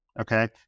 Okay